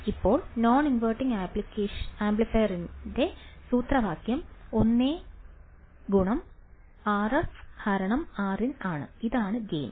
ഇപ്പോൾ non inverting ആംപ്ലിഫയറിന്റെ സൂത്രവാക്യം 1 RfRin ആണ് ഇതാണ് ഗെയിൻ